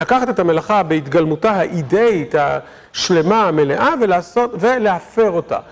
לקחת את המלאכה בהתגלמותה האידאית, השלמה, המלאה, ולהפר אותה.